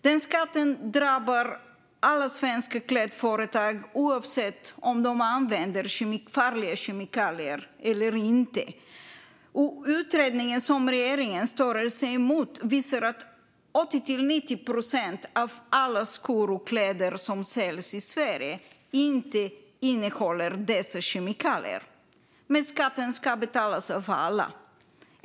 Den skatten drabbar alla svenska klädföretag, oavsett om de använder farliga kemikalier eller inte. Utredningen som regeringen stöder sig på visar att 80-90 procent av alla skor och kläder som säljs i Sverige inte innehåller dessa kemikalier. Men skatten ska betalas av alla.